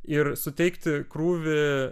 ir suteikti krūvį